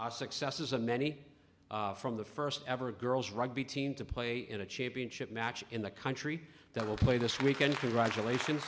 ah success is a many from the first ever girls rugby team to play in a championship match in the country that will play this weekend the regulation